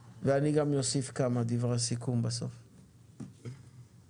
אחרי ההתייחסות של איתי נעבור להקראת הסעיף הזה שמוארך.